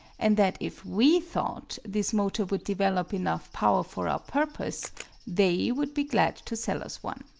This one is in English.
and that if we thought this motor would develop enough power for our purpose they would be glad to sell us one.